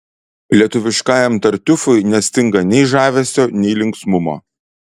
lietuviškajam tartiufui nestinga nei žavesio nei linksmumo